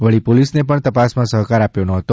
વળી પોલીસને પણ તપાસમાં સહકાર આપ્યો નહોતો